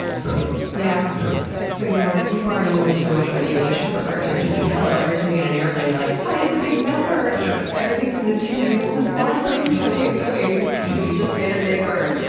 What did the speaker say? so yeah yeah so we can learn. we've already learned so much about aviation from birds. i mean hello, every time you get in an airplane, you're like, hi. it's a big metal bird. yeah everything from the two wheels at the bottom to like the wings, we've just made a big bird.